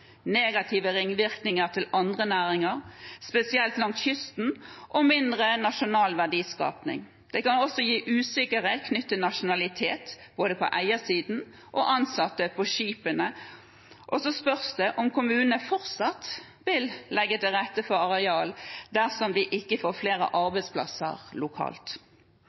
negative ringvirkninger til andre næringer, spesielt langs kysten, og mindre nasjonal verdiskaping. Det kan også gi usikkerhet knyttet til nasjonalitet – både når det gjelder eiersiden og ansatte på skipene – og så spørs det om kommunene fortsatt vil legge til rette for areal dersom de ikke får flere arbeidsplasser lokalt.